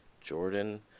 Jordan